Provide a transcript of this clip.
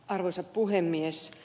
arvoisa puhemies